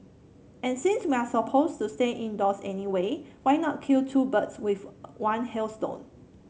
and since we're supposed to stay indoors anyway why not kill two birds with one hailstone